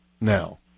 now